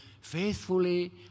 faithfully